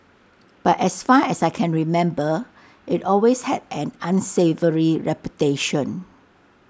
but as far as I can remember IT always had an unsavoury reputation